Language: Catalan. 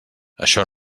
això